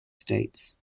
states